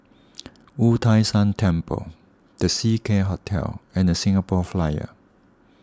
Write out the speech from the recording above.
Wu Tai Shan Temple the Seacare Hotel and the Singapore Flyer